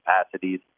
capacities